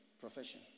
profession